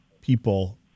people